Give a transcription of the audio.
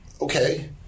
Okay